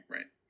Right